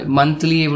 monthly